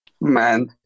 Man